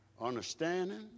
understanding